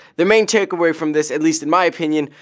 the main takeaway from this, atleast in my opinion,